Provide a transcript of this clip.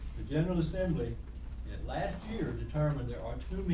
the general assembly yeah last year determined there are